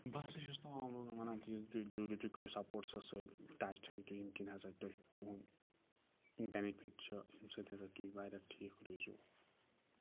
بہٕ ہسا چھُس تمام لوٗکن وَنان کہِ تُہۍ درٛورِو تُہۍ کٔرِو سَپورٹسَس سۭتۍ ٹچ تھٲوِو تُہۍ ییٚمہِ کِنۍ ہَسا تُہۍ تُہُنٛد بٮ۪نِٹ چھِ ییٚمہِ سۭتۍ ہَسا تُہۍ واریاہ ٹھیٖک روٗزِو